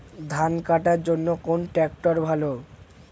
ধান কাটার জন্য কোন ট্রাক্টর ভালো?